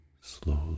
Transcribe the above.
slowly